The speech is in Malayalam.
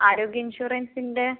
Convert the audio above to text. ആരോഗ്യ ഇൻഷുറൻസിൻ്റെ